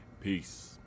Peace